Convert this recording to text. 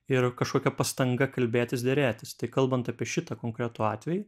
ir kažkokia pastanga kalbėtis derėtis tai kalbant apie šitą konkretų atvejį